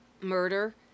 murder